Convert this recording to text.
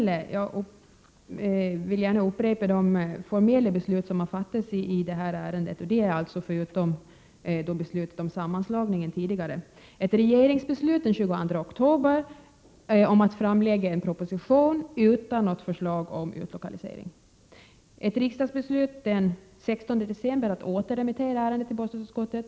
Jag vill gärna upprepa de formella beslut som har fattats i detta ärende, förutom beslutet om sammanslagning. Det finns ett regeringsbeslut av den 22 oktober om att man skall framlägga en proposition utan något förslag om utlokalisering. Den 16 december fattade riksdagen ett beslut om att återremittera ärendet till bostadsutskottet.